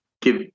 give